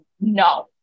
no